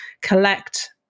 collect